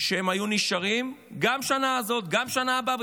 היו נשארים גם בשנה הזאת וגם בשנה הבאה.